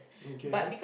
okay